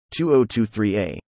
2023a